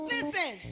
Listen